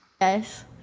Yes